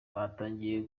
batangiye